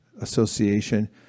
association